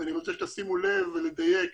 ואני רוצה שתשימו לב לדייק